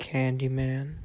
Candyman